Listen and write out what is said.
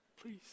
please